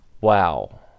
Wow